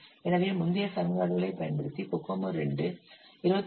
எனவே முந்தைய சமன்பாடுகளைப் பயன்படுத்தி கோகோமோ II 28